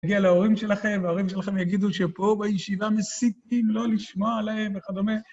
תגיע להורים שלכם, וההורים שלכם יגידו שפה בישיבה מסיתים לא לשמוע עליהם וכדומה.